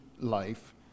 life